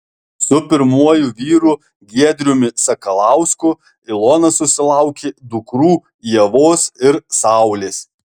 su pirmuoju vyru giedriumi sakalausku ilona susilaukė dukrų ievos ir saulės